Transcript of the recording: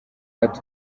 ati